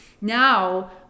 Now